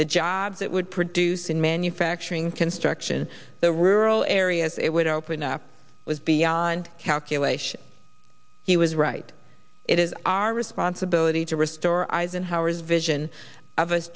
the jobs that would produce in manufacturing construction the rural areas it would open up was beyond calculation he was right it is our responsibility to restore eisenhower's vision of